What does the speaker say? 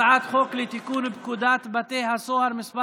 הצעת חוק לתיקון פקודת בתי הסוהר (מס'